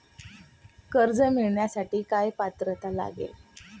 कर्ज मिळवण्यासाठी काय पात्रता लागेल?